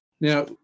Now